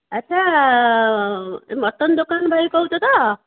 ଆଚ୍ଛା ମଟନ୍ ଦୋକାନ ଭାଇ କହୁଛ ତ